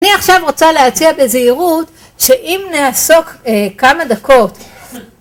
אני עכשיו רוצה להציע בזהירות שאם נעסוק כמה דקות